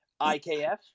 IKF